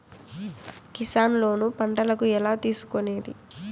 Kisan loan పంటలకు ఎలా తీసుకొనేది?